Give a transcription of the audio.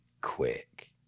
quick